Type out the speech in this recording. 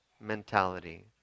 mentality